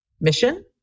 mission